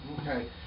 Okay